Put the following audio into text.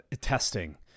testing